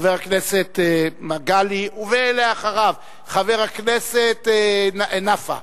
חבר הכנסת מגלי והבה, ואחריו, חבר הכנסת נפאע.